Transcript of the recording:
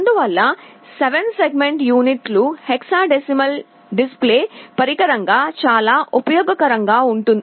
అందువల్ల 7 సెగ్మెంట్ యూనిట్లు hexadecimal display పరికరంగా చాలా ఉపయోగకరంగా ఉంటాయి